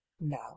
now